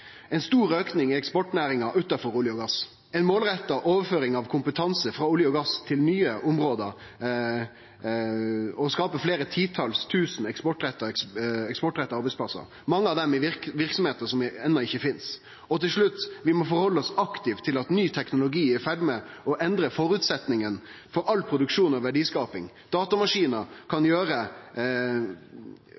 ein stor auke i eksportnæringar utanfor olje og gass, ei målretta overføring av kompetanse frå olje og gass til nye område og å skape fleire titals tusen eksportretta arbeidsplassar – mange av dei i verksemder som enno ikkje finst. Og til slutt: Vi må vere aktive når det gjeld det at ny teknologi er i ferd med å endre føresetnadene for all produksjon og verdiskaping. Datamaskiner kan